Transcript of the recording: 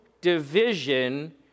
division